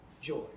joy